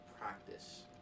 practice